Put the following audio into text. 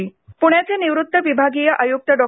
प्ण्याचे निवृत्त विभागीय आय्क्त डॉ